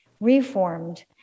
reformed